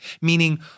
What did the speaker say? meaning